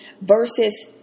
versus